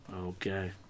Okay